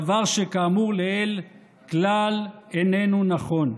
דבר שכאמור לעיל כלל איננו נכון.